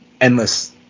endless